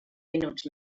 minuts